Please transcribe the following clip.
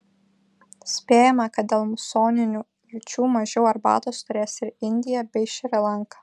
spėjama kad dėl musoninių liūčių mažiau arbatos turės ir indija bei šri lanka